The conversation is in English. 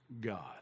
God